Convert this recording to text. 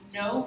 no